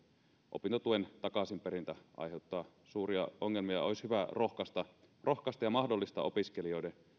opintotuen takaisinperintä aiheuttaa suuria ongelmia joten olisi hyvä rohkaista rohkaista ja mahdollistaa opiskelijoiden